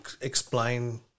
explain